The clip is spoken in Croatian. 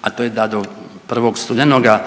a to je da do 1. studenoga